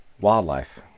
wildlife